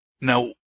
Now